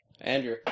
Andrew